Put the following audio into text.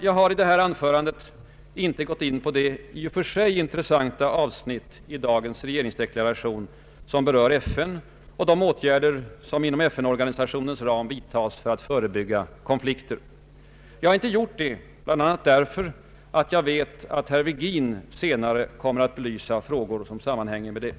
Jag har i mitt anförande inte gått in på det i och för sig intressanta avsnitt i dagens regeringsdeklaration som berör FN och de åtgärder som inom nämnda organisations ram vidtas för att förebygga konflikter. Jag har inte gjort det, bland annat därför att jag vet att herr Virgin senare kommer att belysa därmed sammanhängande frågor.